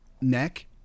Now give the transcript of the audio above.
neck